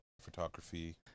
Photography